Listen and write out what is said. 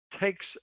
takes